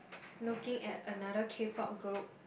looking at another k-pop group